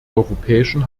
europäischen